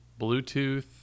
Bluetooth